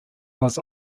was